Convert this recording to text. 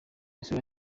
isura